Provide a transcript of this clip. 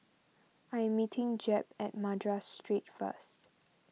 I am meeting Jeb at Madras Street first